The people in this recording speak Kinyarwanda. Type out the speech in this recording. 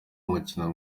umukino